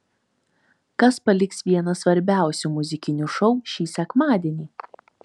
kas paliks vieną svarbiausių muzikinių šou šį sekmadienį